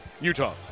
Utah